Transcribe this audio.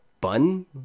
bun